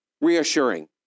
reassuring